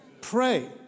Pray